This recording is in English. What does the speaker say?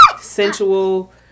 sensual